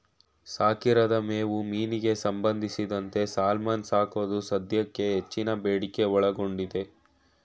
ಸಾಕಿರದ ಮೇವು ಮೀನಿಗೆ ಸಂಬಂಧಿಸಿದಂತೆ ಸಾಲ್ಮನ್ ಸಾಕೋದು ಸದ್ಯಕ್ಕೆ ಹೆಚ್ಚಿನ ಬೇಡಿಕೆ ಒಳಗೊಂಡೈತೆ